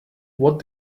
what